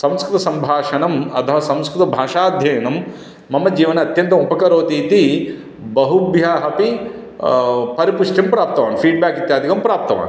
संस्कृतसंभाषणं अथवा संस्कृतभाषाध्ययनं मम जीवने अत्यन्तं उपकरोतीति बहुभ्यः अपि परिपुष्टिं प्राप्तवान् फ़ीड् बेक् इत्यादिकं प्राप्तवान्